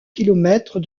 kilomètres